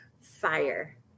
fire